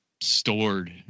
stored